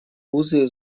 узы